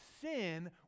sin